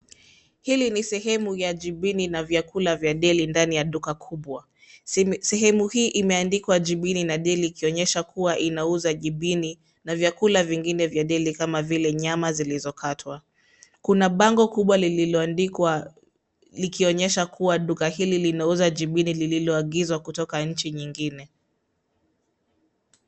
Hili ni sehemu ya jibini na vyakula vya deli ndani ya duka kubwa. Sehemu hii imeandikwa jibini na deli ikionyesha kuwa inauza jibini na vyakula vingine vya deli kama vile nyama zilizokatwa. Kuna bango kubwa lililoandikwa likionyesha kuwa duka hili linauza jibini lililo angizwa kutoka nchi nyingine.